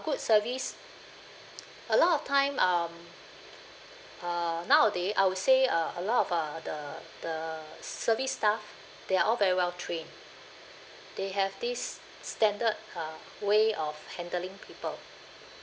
good service a lot of time um uh nowadays I would say uh a lot of uh the the service staff they are all very well trained they have this standard uh way of handling people